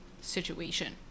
situation